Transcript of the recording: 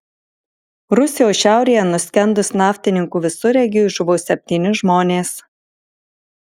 rusijos šiaurėje nuskendus naftininkų visureigiui žuvo septyni žmonės